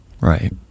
right